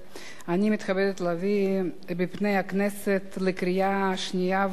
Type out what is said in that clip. אני מתכבדת להביא בפני הכנסת לקריאה שנייה ולקריאה